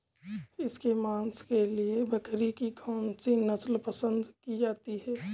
इसके मांस के लिए बकरी की कौन सी नस्ल पसंद की जाती है?